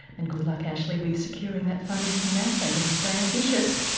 and good luck ashley with securing that funding from nasa gotta stay ambitious.